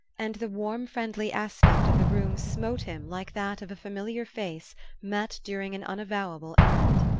and the warm friendly aspect of the room smote him like that of a familiar face met during an unavowable errand.